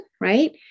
right